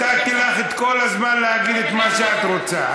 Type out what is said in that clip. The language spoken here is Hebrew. נתתי לך את כל הזמן להגיד את מה שאת רוצה.